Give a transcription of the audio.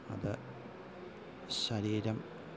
അത് ശരീരം